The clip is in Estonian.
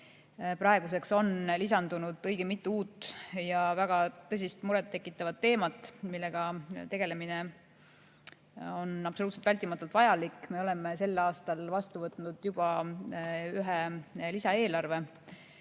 Praeguseks on lisandunud õige mitu uut ja väga tõsist muret tekitavat teemat, millega tegelemine on absoluutselt vältimatult vajalik. Me oleme sel aastal vastu võtnud juba ühe lisaeelarve,